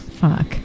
Fuck